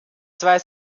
zwei